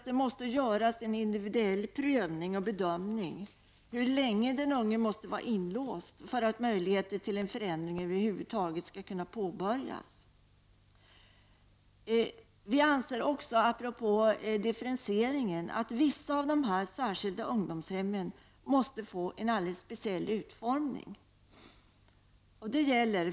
Det måste göras en individuell prövning och bedömning av hur länge den unge måste vara inlåst för att möjligheter till en förändring över huvud taget skall finnas. Apropå differentiering måste vissa av de särskilda ungdomshemmen få en alldeles speciell utformning.